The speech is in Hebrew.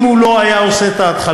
אם הוא לא היה עושה את ההתחלות,